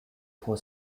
for